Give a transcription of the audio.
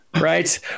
Right